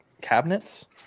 cabinets